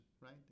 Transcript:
right